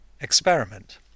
experiment